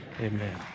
Amen